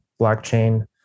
blockchain